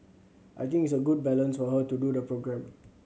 I think it's a good balance for her to do the programme